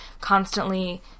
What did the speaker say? constantly